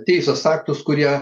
teisės aktus kurie